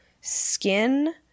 skin